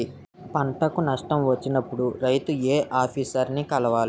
పంటకు నష్టం వచ్చినప్పుడు రైతు ఏ ఆఫీసర్ ని కలవాలి?